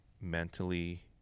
mentally